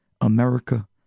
America